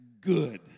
good